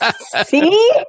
See